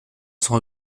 sont